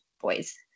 boys